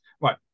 Right